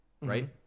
right